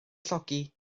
llogi